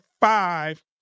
five